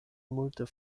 multe